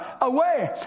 away